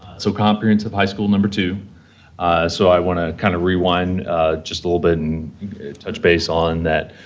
so, comprehensive high school number two so, i want to kind of rewind just a little bit and touch base on that.